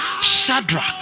shadrach